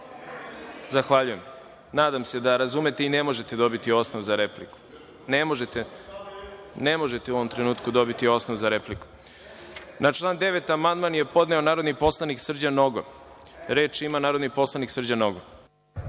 u sali sam.)Nadam se da razumete i ne možete dobiti osnov za repliku. Ne možete u ovom trenutku dobiti osnov za repliku. Na član 9. amandman je podneo narodni poslanik Srđan Nogo. Reč ima narodni poslanik Srđan Nogo.